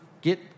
get